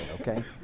okay